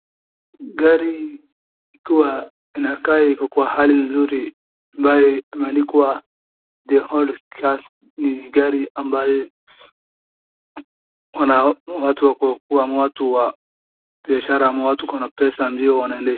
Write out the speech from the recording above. Gari ikiwa inakaa iko kwa hali nzuri ambaye imeandikwa The old car ni gari ambayo unao kuwa ni watu wa biashara ama watu wako na pesa ndio wanaendesha.